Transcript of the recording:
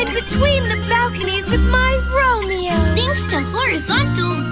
between the balconies with my romeo. thanks to horizontal,